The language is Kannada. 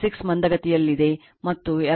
6 ಮಂದಗತಿಯಲ್ಲಿದೆ ಮತ್ತು ಎರಡನೆಯ ಹೊರೆಗೆ ಅದು 0